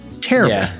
terrible